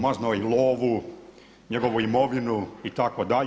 Maznuo je i lovu, njegovu imovinu itd.